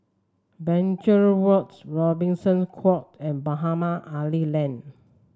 Binchang Walks Robertson Quay and Mohamed Ali Lane